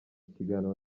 kiganiro